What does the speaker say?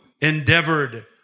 endeavored